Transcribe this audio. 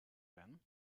pen